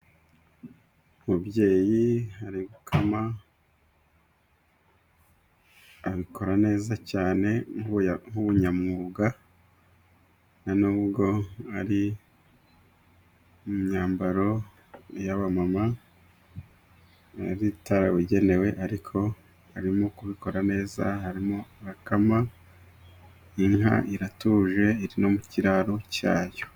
Umubyeyi ari gukama abikora neza cyane nk' ubunyamwuga , bona n'ubwo ari imyambaro y'abamama ari itarabugenewe ariko arimo kubikora neza, arimo arakama inka iratuje iri no mu kiraro cyayo.